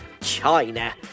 China